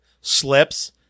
slips